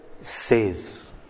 says